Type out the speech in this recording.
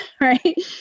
right